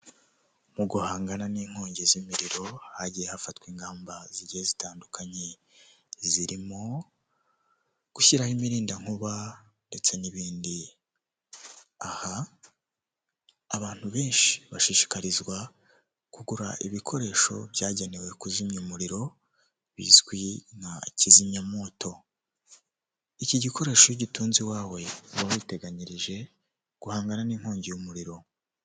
Mu guhangana n'inkongi z'imiriro hagiye hafatwa ingamba zigiye zitandukanye, zirimo gushyiraho imirindankuba ndetse n'ibindi, aha abantu benshi bashishikarizwa kugura ibikoresho byagenewe kuzimya umuriro bizwi nka kizimyamuwoto. Iki gikoresho iyo ugitunze iwawe uba witeganyirije guhangana n'inkongi y'umuriro.